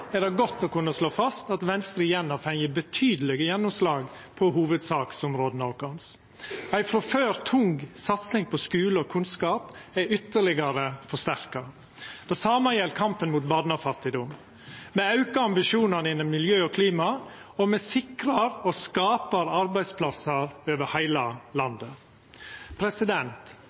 er det godt å kunna slå fast at Venstre igjen har fått betydeleg gjennomslag på hovudsaksområda våre. Ei frå før tung satsing på skule og kunnskap er ytterlegare forsterka. Det same gjeld kampen mot barnefattigdom. Me aukar ambisjonane innan miljø og klima, og me sikrar og skapar arbeidsplassar over heile landet.